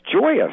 joyous